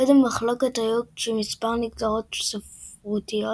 עוד מחלוקות היו כשמספר נגזרות ספרותיות